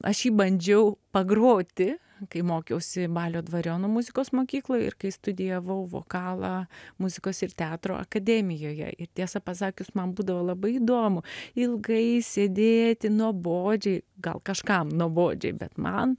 aš jį bandžiau pagroti kai mokiausi balio dvariono muzikos mokykloj ir kai studijavau vokalą muzikos ir teatro akademijoje ir tiesą pasakius man būdavo labai įdomu ilgai sėdėti nuobodžiai gal kažkam nuobodžiai bet man